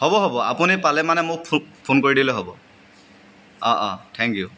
হ'ব হ'ব আপুনি পালে মানে মোক ফো ফোন কৰি দিলে হ'ব অঁ অঁ থেংক ইউ